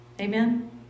Amen